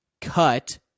cut